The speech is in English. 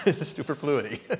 superfluity